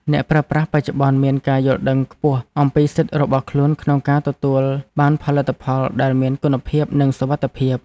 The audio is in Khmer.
អ្នកប្រើប្រាស់បច្ចុប្បន្នមានការយល់ដឹងខ្ពស់អំពីសិទ្ធិរបស់ខ្លួនក្នុងការទទួលបានផលិតផលដែលមានគុណភាពនិងសុវត្ថិភាព។